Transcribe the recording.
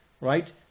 right